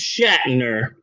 Shatner